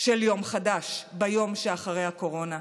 של יום חדש ביום שאחרי הקורונה.